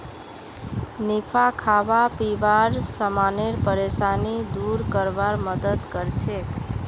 निफा खाबा पीबार समानेर परेशानी दूर करवार मदद करछेक